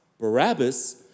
Barabbas